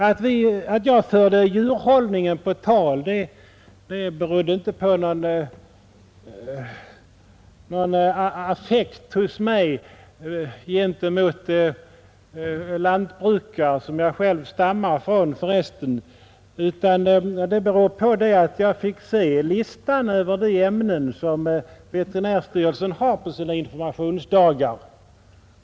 Att jag förde djurhållningen på tal berodde inte på någon ovilja hos mig gentemot lantbrukare, som jag för resten själv stammar från, utan det berodde på att jag fick ta del av listan över de ämnen som veterinärstyrelsen har på sina informationsdagar.